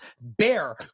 bear